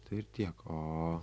tai ir tiek o